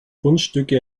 fundstücke